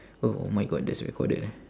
oh my god that's recorded eh